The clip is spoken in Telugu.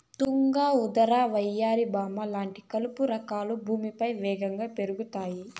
తుంగ, ఉదర, వయ్యారి భామ లాంటి కలుపు రకాలు భూమిపైన వేగంగా పెరుగుతాయి